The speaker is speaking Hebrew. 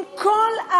עם כל,